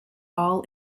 all